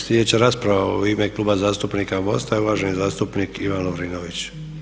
Slijedeća rasprava je u ime Kluba zastupnika MOST-a i uvaženi zastupnik Ivan Lovrinović.